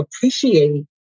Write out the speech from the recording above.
appreciate